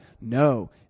No